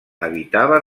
habitava